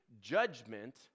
judgment